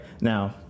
Now